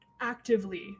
actively